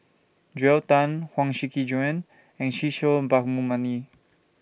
Joel Tan Huang Shiqi Joan and Kishore Mahbubani